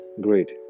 great